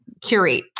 curate